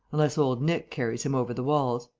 unless old nick carries him over the walls.